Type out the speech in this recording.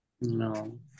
No